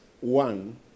One